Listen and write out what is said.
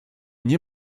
nie